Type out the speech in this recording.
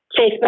Facebook